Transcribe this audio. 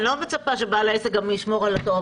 אני לא מצפה שבעל העסק גם ישמור על זה.